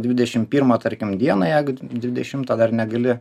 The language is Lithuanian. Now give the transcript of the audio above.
dvidešimt pirmą tarkim dieną jeigu dvidešimtą dar negali